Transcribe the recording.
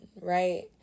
right